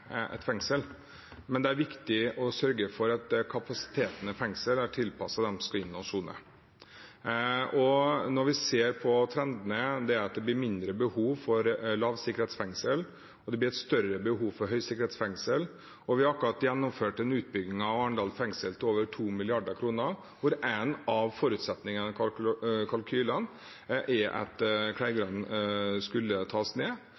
ned et fengsel, men det er viktig å sørge for at kapasiteten i fengslene er tilpasset dem som skal inn og sone. Når vi ser på trendene, ser vi at det blir mindre behov for lavsikkerhetsfengsel, og at det blir et større behov for høysikkerhetsfengsel. Vi har akkurat utført en utbygging av Arendal fengsel til over 2 mrd. kr, hvor en av forutsetningene i kalkylene var at Kleivgrend skulle tas ned.